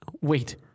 wait